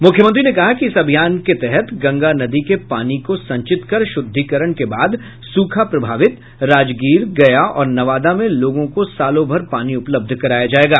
मुख्यमंत्री ने कहा कि इस अभियान के तहत गंगा नदी के पानी को संचित कर शुद्धीकरण के बाद सूखा प्रभावित राजगीर गया और नवादा में लोगों को सालोभर पानी उपलब्ध कराया जायेगा